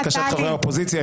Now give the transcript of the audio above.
לבקשת חברי האופוזיציה.